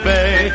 Bay